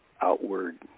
outward